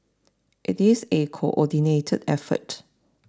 it is a coordinated effort